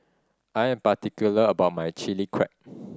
I am particular about my Chilli Crab